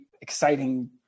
exciting